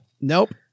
nope